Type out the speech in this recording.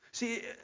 See